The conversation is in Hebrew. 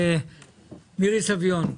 מירי סביון,